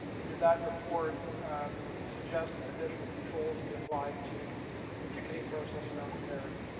and did that report suggest additional controls be applied to the ticketing process around the ferry.